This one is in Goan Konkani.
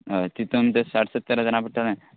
हय तितून तें साठ सत्तर हजारा पडटलें